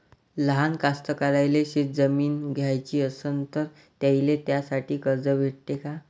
लहान कास्तकाराइले शेतजमीन घ्याची असन तर त्याईले त्यासाठी कर्ज भेटते का?